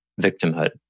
victimhood